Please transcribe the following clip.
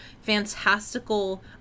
fantastical